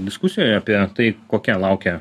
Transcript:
diskusijoje apie tai kokia laukia